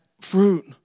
fruit